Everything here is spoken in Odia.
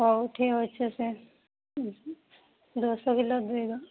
ହେଉ ଠିକ ଅଛି ସେ ଦଶ କିଲୋ ଦେଇଦିଅ